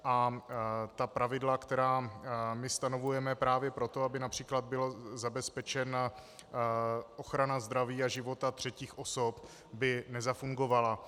A ta pravidla, která my stanovujeme právě proto, aby například byla zabezpečena ochrana zdraví a života třetích osob, by nezafungovala.